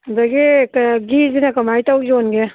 ꯑꯗꯒꯤ ꯀꯩꯅꯣ ꯒꯤꯁꯤꯅ ꯀꯃꯥꯏꯅ ꯇꯧ ꯌꯣꯟꯒꯦ